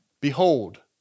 Behold